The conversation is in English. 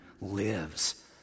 lives